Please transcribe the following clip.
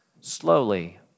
slowly